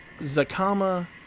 zakama